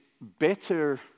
better